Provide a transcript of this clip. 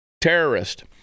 terrorist